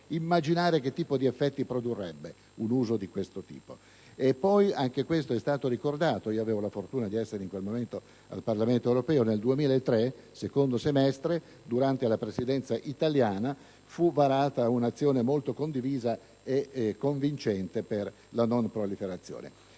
immaginare che tipo di effetti produrrebbe un uso di questo tipo. È stato ricordato ‑ avevo la fortuna di essere al Parlamento europeo nel 2003 ‑ che nel secondo semestre della Presidenza italiana fu varata un'azione molto condivisa e convincente per la non proliferazione.